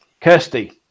kirsty